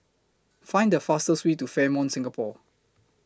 Find The fastest Way to Fairmont Singapore